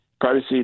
privacy